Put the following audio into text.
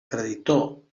creditor